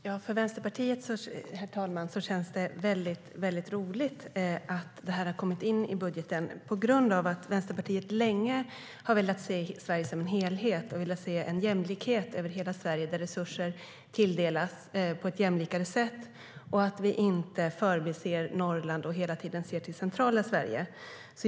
STYLEREF Kantrubrik \* MERGEFORMAT Svar på interpellationerHerr talman! För Vänsterpartiet känns det väldigt roligt att det här har kommit med i budgeten eftersom Vänsterpartiet länge har velat se Sverige som en helhet. Vi har länge velat se jämlikhet över hela Sverige, att resurser tilldelas på ett mer jämlikt sätt och att vi inte förbiser Norrland eller hela tiden ser till centrala Sverige.